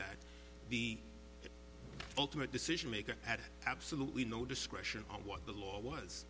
that the ultimate decision maker had absolutely no discretion what the law was